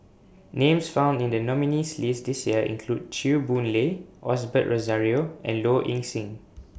Names found in The nominees' list This Year include Chew Boon Lay Osbert Rozario and Low Ing Sing